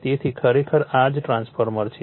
તેથી ખરેખર આ જ ટ્રાન્સફોર્મર છે